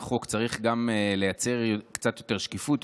החוק צריך לייצר קצת יותר שקיפות,